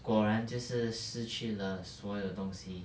果然就是失去了所有的东西